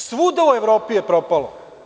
Svuda u Evropi je propalo.